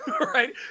right